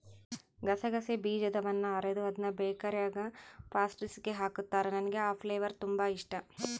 ಗಸಗಸೆ ಬೀಜದವನ್ನ ಅರೆದು ಅದ್ನ ಬೇಕರಿಗ ಪ್ಯಾಸ್ಟ್ರಿಸ್ಗೆ ಹಾಕುತ್ತಾರ, ನನಗೆ ಆ ಫ್ಲೇವರ್ ತುಂಬಾ ಇಷ್ಟಾ